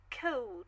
cold